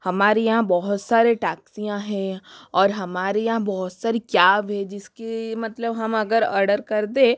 हमारे यहाँ बहुत सारे टाक्सियाँ है और हमारे यहाँ बहुत सारे कैब हैं जिसके मतलब हम अगर अर्डर कर दें